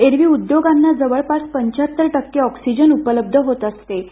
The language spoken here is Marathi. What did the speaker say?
एरवी उद्योगांना जवळपास पंचाहत्तर टक्के ऑक्सीजन उपलब्ध होत असतो